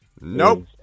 nope